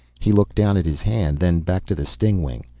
he looked down at his hand, then back to the stingwing.